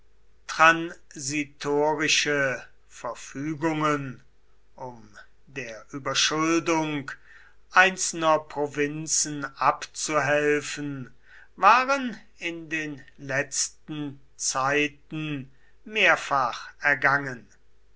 transitorische verfügungen um der überschuldung einzelner provinzen abzuhelfen waren in den letzten zeiten mehrfach ergangen